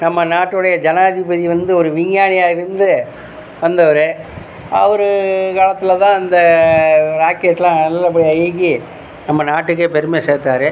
நம்ம நாட்டோடைய ஜனாதிபதி வந்து ஒரு விஞ்ஞானியாக இருந்து வந்தவர் அவர் காலத்திலதான் இந்த ராக்கெட்லாம் நல்லபடியாக இயங்கி நம்ம நாட்டுக்கே பெருமை சேர்த்தாரு